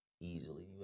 easily